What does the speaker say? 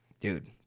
Dude